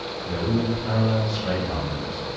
we are all parallel straight lines.